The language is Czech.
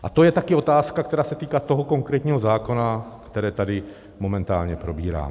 A to je taky otázka, která se týká toho konkrétního zákona, který tady momentálně probíráme.